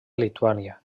lituània